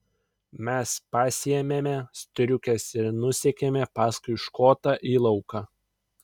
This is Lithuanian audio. mes pasiėmėme striukes ir nusekėme paskui škotą į lauką